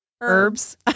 Herbs